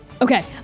Okay